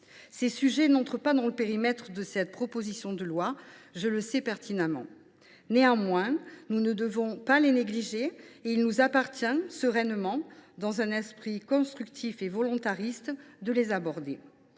Ces sujets n’entrent pas dans le périmètre de cette proposition de loi, je le sais pertinemment. Néanmoins, nous ne devons pas les négliger, et il nous appartient de les aborder sereinement, dans un esprit constructif et volontariste. C’est notre